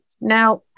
now